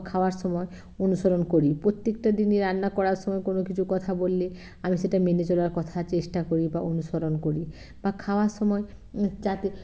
খাওয়ার সময় অনুসরণ করি প্রত্যেকটা দিনই রান্না করার সময় কোনো কিছু কথা বললে আমি সেটা মেনে চলার কথা চেষ্টা করি বা অনুসরণ করি বা খাওয়ার সময় যাতে